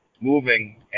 moving